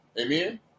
amen